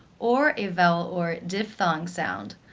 or a vowel or diphthong sound,